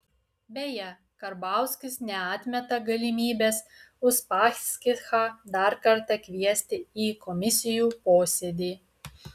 beje karbauskis neatmeta galimybės uspaskichą dar kartą kviesti į komisijų posėdį